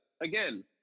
again